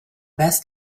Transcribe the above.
best